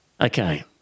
Okay